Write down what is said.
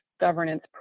governance